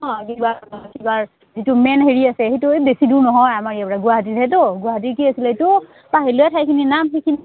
অঁ কিবা কিবা যিটো মেইন হেৰি আছে গুৱাহাটীৰ কি আছিলে এইটো পাহৰিলো ঠাইখিনিৰ নাম সেইখিনি